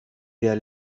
der